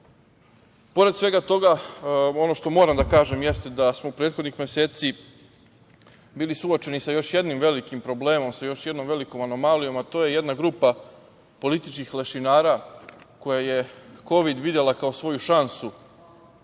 svega toga, ono što moram da kažem jeste da smo u prethodnih meseci bili suočeni sa još jednim velikim problemom, sa još jednom velikom anomalijom, a to je jedna grupa političkih lešinara koja je kovid videla kao svoju šansu